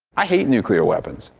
i hate nuclear weapons.